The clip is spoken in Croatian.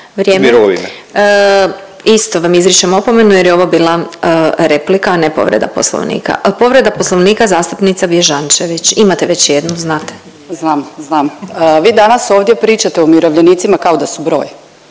Isto vam izričem opomenu jer je ovo bila replika, a ne povreda Poslovnika. Al povreda Poslovnika zastupnica Bježančević, imate već jednu znate. **Bježančević, Sanja (SDP)** Znam, znam. Vi danas ovdje pričate o umirovljenicima kao da su broj,